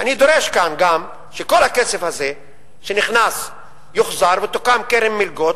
ואני דורש כאן גם שכל הכסף הזה שנכנס יוחזר ותוקם קרן מלגות,